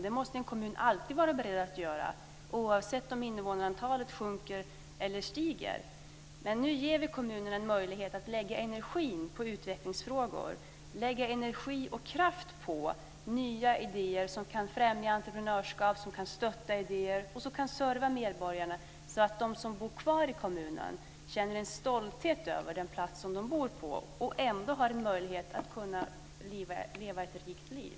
Det måste en kommun alltid vara beredd att göra, oavsett om invånarantalet sjunker eller stiger. Vi ger nu kommunerna en möjlighet att lägga energin på utvecklingsfrågor, att lägga energi och kraft på nya idéer som kan främja entreprenörskap, som kan stötta idéer och som kan serva medborgarna så att de som bor kvar i kommunen känner en stolthet över den plats de bor på och samtidigt har en möjlighet att leva ett rikt liv.